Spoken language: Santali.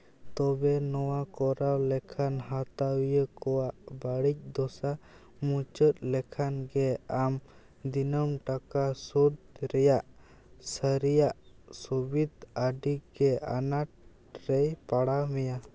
ᱛᱚᱵᱮ ᱱᱚᱣᱟ ᱠᱚᱨᱟᱣ ᱞᱮᱠᱷᱟᱱ ᱦᱟᱛᱟᱣᱤᱭᱟᱹ ᱠᱚᱣᱟᱜ ᱵᱟᱹᱲᱤᱡ ᱫᱚᱥᱟ ᱢᱩᱪᱟᱹᱫ ᱞᱮᱠᱷᱟᱱ ᱜᱮ ᱟᱢ ᱫᱤᱱᱟᱹᱢ ᱴᱟᱠᱟ ᱥᱩᱫᱷ ᱨᱮᱭᱟᱜ ᱥᱟᱹᱨᱤᱭᱟᱜ ᱥᱩᱵᱤᱫ ᱟᱹᱰᱤᱜᱮ ᱟᱱᱟᱴ ᱨᱮᱭ ᱯᱟᱲᱟᱣ ᱢᱮᱭᱟ